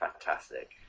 fantastic